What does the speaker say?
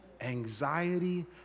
anxiety